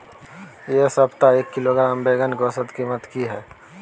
ऐ सप्ताह एक किलोग्राम बैंगन के औसत कीमत कि हय?